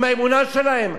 על זה אין מחלוקת בכלל.